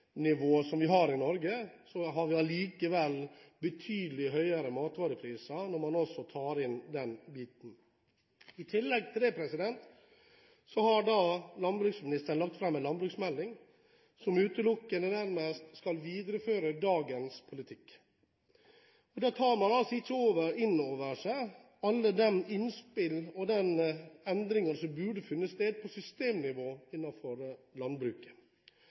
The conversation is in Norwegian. vi har i Norge, har vi allikevel betydelig høyere matvarepriser. I tillegg har landbruksministeren lagt fram en landbruksmelding som nærmest utelukkende skal videreføre dagens politikk. Da tar man altså ikke inn over seg alle de innspill og endringer som burde funnet sted på systemnivå innenfor landbruket.